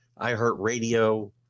iHeartRadio